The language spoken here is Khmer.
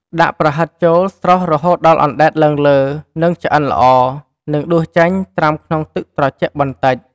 ដាក់ប្រហិតចូលស្រុះរហូតដល់អណ្ដែតឡើងលើ និងឆ្អិនល្អ និងដួសចេញត្រាំក្នុងទឹកត្រជាក់បន្តិច។